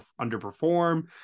underperform